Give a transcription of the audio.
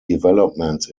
developments